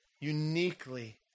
uniquely